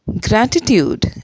Gratitude